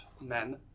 men